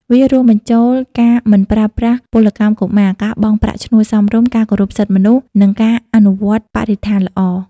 វារួមបញ្ចូលការមិនប្រើប្រាស់ពលកម្មកុមារ ការបង់ប្រាក់ឈ្នួលសមរម្យ ការគោរពសិទ្ធិមនុស្ស និងការអនុវត្តបរិស្ថានល្អ ។